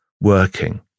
working